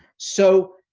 so,